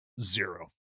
Zero